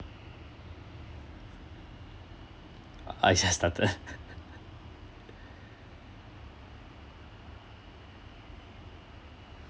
I I just started